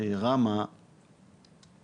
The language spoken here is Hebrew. רמ"א